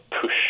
push